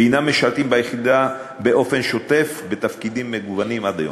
והם משרתים ביחידה באופן שוטף בתפקידים מגוונים עד היום.